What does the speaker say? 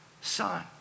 son